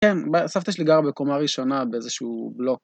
כן, סבתא שלי גר בקומה הראשונה באיזשהו בלוק.